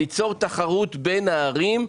ליצור תחרות בין הערים,